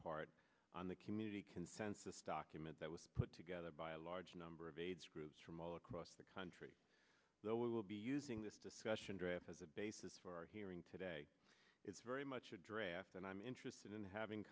part on the community consensus document that was put together by a large number of age groups from all across the country though we will be using this discussion draft as a basis for our hearing today it's very much a draft and i'm interested in having